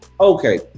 Okay